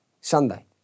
Sunday